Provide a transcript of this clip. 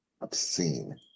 obscene